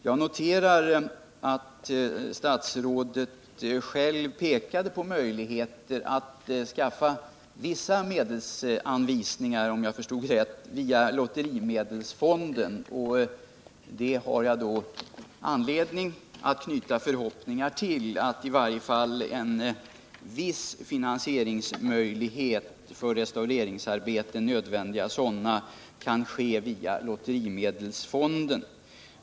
Jag noterar att statsrådet själv pekade på möjligheten att skaffa vissa medelsanvisningar — om jag förstod rätt — via lotterimedelsfonden. Jag har då anledning att knyta förhoppningar till att i varje fall en viss möjlighet finns att finansiering av nödvändiga restaureringsarbeten kan ske via lotterimedelsfonden.